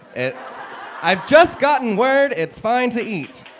i've just gotten word it's fine to eat.